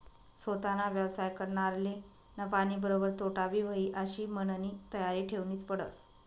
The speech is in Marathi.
सोताना व्यवसाय करनारले नफानीबरोबर तोटाबी व्हयी आशी मननी तयारी ठेवनीच पडस